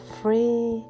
free